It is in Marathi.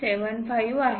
75 आहे